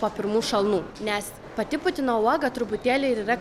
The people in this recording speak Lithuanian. po pirmų šalnų nes pati putino uoga truputėlį ir yra